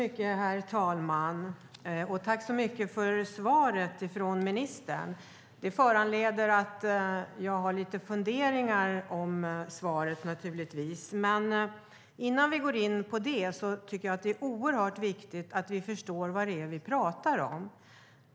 Herr talman! Jag tackar ministern för svaret. Jag har givetvis lite funderingar om svaret, men innan jag går in på dem är det viktigt att vi förstår vad det är vi talar om.